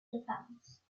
defense